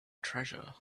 treasure